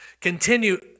Continue